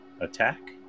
attack